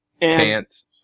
Pants